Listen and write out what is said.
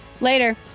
Later